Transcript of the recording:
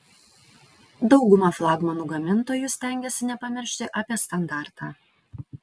dauguma flagmanų gamintojų stengiasi nepamiršti apie standartą